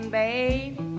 babe